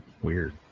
weird